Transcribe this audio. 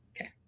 Okay